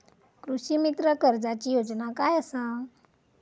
कृषीमित्र कर्जाची योजना काय असा?